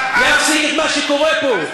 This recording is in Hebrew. להפסיק את מה שקורה פה.